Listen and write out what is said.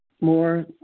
more